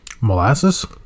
Molasses